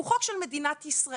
הוא חוק של מדינת ישראל.